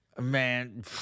Man